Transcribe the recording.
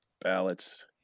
ballots